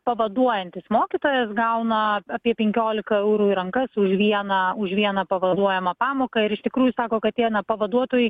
pavaduojantis mokytojas gauna apie penkiolika eurų į rankas už vieną už vieną pavaduojamą pamoką ir iš tikrųjų sako kad tie pavaduotojai